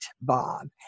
Bob